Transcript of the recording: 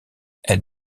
het